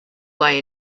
lie